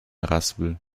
raspel